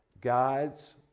God's